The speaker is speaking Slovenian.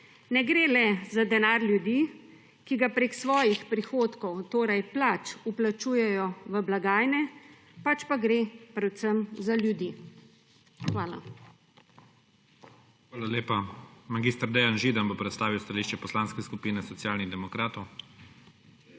Ne gre le za denar ljudi, ki ga preko svojih prihodkov, torej plač, vplačujejo v blagajne, pač pa gre predvsem za ljudi. Hvala. **PREDSEDNIK IGOR ZORČIČ:** Hvala lepa. Mag. Dejan Židan bo predstavil stališče Poslanske skupine Socialnih demokratov.